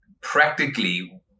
practically